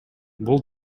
бул